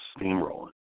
steamrolling